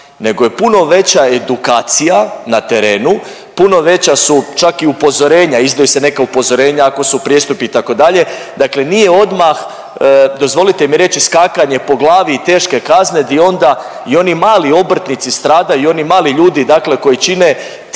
nego je puno veća edukacija na terenu, puno veća su čak i upozorenja, izdaju se neka upozorenja ako su prijestupi itd., dakle nije odmah dozvolite mi reći skakanje po glavi i teške kazne gdje onda i oni mali obrtnici stradaju i oni mali ljudi dakle koji čine tkivo